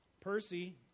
Percy